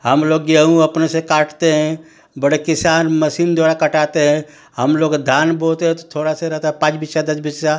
हम लोग गेहूँ अपने से काटते हैं बड़े किसान मसीन द्वारा कटाते हैं हम लोग धान बोते हैं तो थोड़ा सा ही रहता है पाँच बीघा दस बीघा